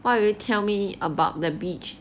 why will you tell me about the bitch